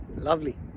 lovely